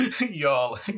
y'all